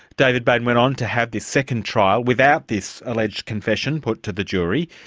david bain went on to have this second trial without this alleged confession put to the jury,